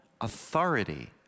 authority